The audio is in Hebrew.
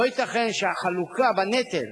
לא ייתכן שהחלוקה בנטל